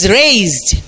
raised